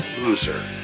loser